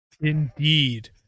Indeed